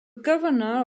governor